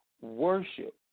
Worship